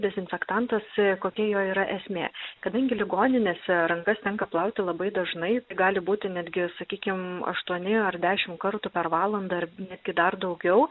dezinfekantas kokia jo yra esmė kadangi ligoninėse rankas tenka plauti labai dažnai gali būti netgi sakykim aštuoni ar dešimt kartų per valandą ar netgi dar daugiau